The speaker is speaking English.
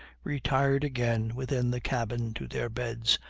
retired again within the cabin to their beds,